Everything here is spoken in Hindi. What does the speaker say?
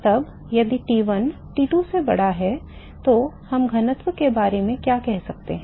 अब यदि T1 T2 से बड़ा है तो हम घनत्व के बारे में क्या कह सकते हैं